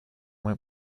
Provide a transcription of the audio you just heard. went